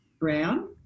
brown